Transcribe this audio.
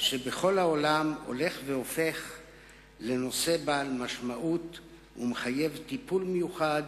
שבכל העולם הולכים והופכים לנושא בעל משמעות ומחייב טיפול מיוחד,